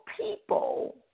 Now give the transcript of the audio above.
people